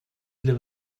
для